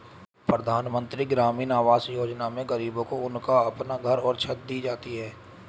प्रधानमंत्री ग्रामीण आवास योजना में गरीबों को उनका अपना घर और छत दी जाती है